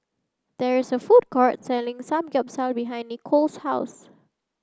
there is a food court selling Samgyeopsal behind Nikole's house